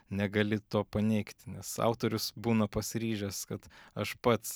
negali to paneigti nes autorius būna pasiryžęs kad aš pats